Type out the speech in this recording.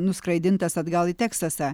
nuskraidintas atgal į teksasą